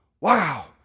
Wow